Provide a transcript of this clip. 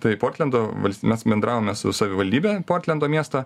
tai portlendo valst mes bendravome su savivaldybe portlendo miesto